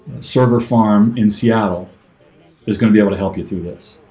server farm in seattle is gonna be able to help you through this.